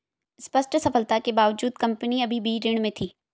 स्पष्ट सफलता के बावजूद कंपनी अभी भी ऋण में थी